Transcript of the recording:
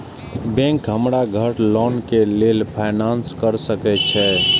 Bank हमरा घर loan के लेल फाईनांस कर सके छे?